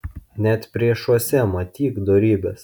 net priešuose matyk dorybes